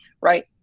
right